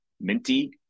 Minty